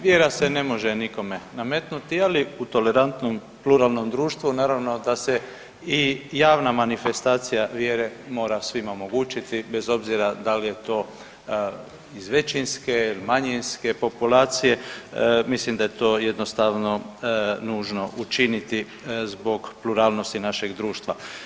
Vjera se ne može nikome nametnuti, ali u tolerantnom pluralnom društvu naravno da se i javna manifestacija vjere mora svima omogućiti bez obzira da li je to iz većinske, manjinske populacije, mislim da je to jednostavno nužno učiniti zbog pluralnosti našeg društva.